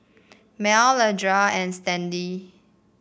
Mel Leandra and Stanley